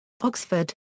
Oxford